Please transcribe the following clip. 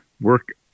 work